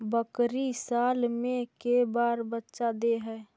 बकरी साल मे के बार बच्चा दे है?